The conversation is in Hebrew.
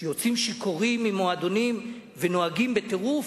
שיוצאים שיכורים ממועדונים ונוהגים בטירוף,